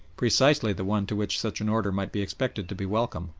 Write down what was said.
precisely the one to which such an order might be expected to be welcome,